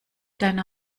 deiner